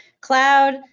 cloud